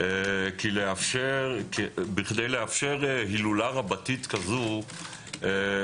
בכדי לאפשר הילולה רבתי כזו אנחנו